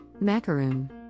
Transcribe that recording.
Macaroon